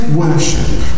worship